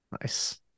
Nice